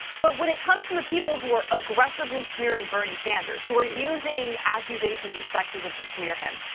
but when it comes to the people who are aggressively smearing bernie sanders, who are using accusations of sexism to smear him.